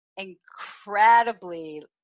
incredibly